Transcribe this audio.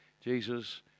Jesus